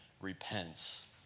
repents